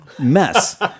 mess